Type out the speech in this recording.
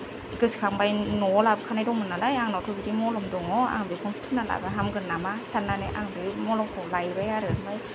गोसोखांबाय न'आव लाबोखानाय दंमोन नालाय आंनावथ' बिदि मलम दङ आं बेखौ फुनना लाबा हामगोन नामा साननानै आं बै मलमखौ लायबाय आरो ओमफ्राय